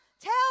Tell